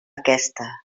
aquesta